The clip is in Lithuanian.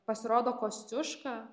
pasirodo kosciuška